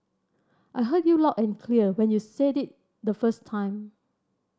I heard you loud and clear when you said it the first time